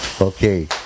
Okay